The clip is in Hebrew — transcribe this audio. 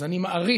אז אני מעריך,